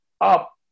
up